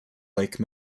lake